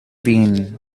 been